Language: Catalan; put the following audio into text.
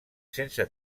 sense